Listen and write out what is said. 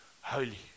holy